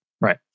Right